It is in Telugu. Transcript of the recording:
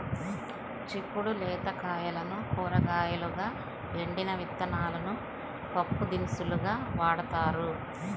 చిక్కుడు లేత కాయలను కూరగాయలుగా, ఎండిన విత్తనాలను పప్పుదినుసులుగా వాడతారు